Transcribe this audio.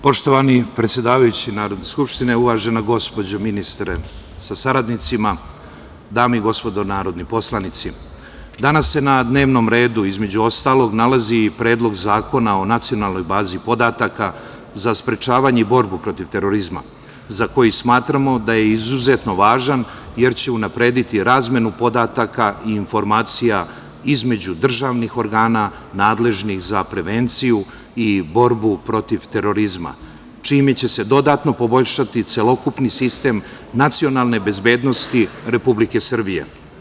Poštovani predsedavajući Narodne skupštine, uvažena gospođa ministre sa saradnicima, dame i gospodo narodni poslanici, danas se na dnevnom redu, između ostalog, nalazi i Predlog zakona o nacionalnoj bazi podataka za sprečavanje i borbu protiv terorizma, za koji smatramo da je izuzetno važan jer će unaprediti razmenu podataka i informacija između državnih organa nadležnih za prevenciju i borbu protiv terorizma, čime će se dodatno poboljšati celokupni sistem nacionalne bezbednosti Republike Srbije.